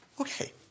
Okay